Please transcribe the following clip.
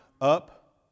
up